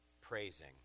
praising